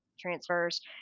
transfers